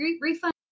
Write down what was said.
refund